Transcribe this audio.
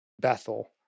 Bethel